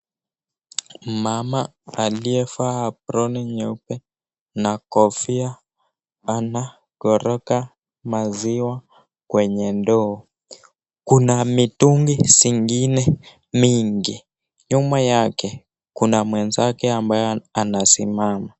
Mama aliyevaa aproni nyeupe na kofia, anakoroga maziwa kwenye ndoo, kuna mitungi zingine mingi, nyuma yake kuna mwenzake ambaye anasimama.